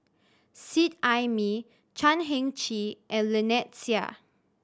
Seet Ai Mee Chan Heng Chee and Lynnette Seah